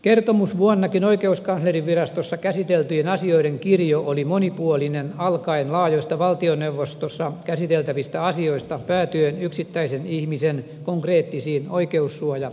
kertomusvuonnakin oikeuskanslerinvirastossa käsiteltyjen asioiden kirjo oli monipuolinen alkaen laajoista valtioneuvostossa käsiteltävistä asioista päätyen yksittäisen ihmisen konkreettisiin oikeussuojaongelmiin